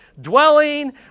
dwelling